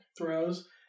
throws